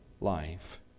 life